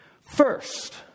First